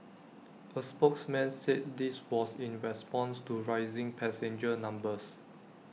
A spokesman said this was in response to rising passenger numbers